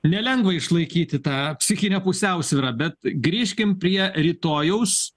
nelengva išlaikyti tą psichinę pusiausvyrą bet grįžkim prie rytojaus